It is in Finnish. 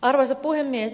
arvoisa puhemies